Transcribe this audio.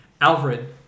Alfred